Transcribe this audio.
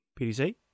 PDC